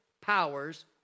powers